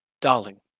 Darling